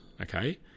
okay